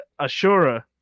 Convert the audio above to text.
Ashura